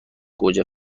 گوجه